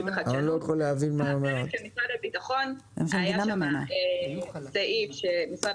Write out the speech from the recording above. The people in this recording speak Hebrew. בפרק של משרד הבטחון היה שם סעיף שמשרד